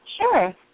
Sure